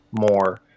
more